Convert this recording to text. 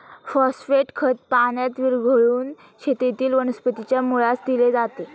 phosphate खत पाण्यात विरघळवून शेतातील वनस्पतीच्या मुळास दिले जाते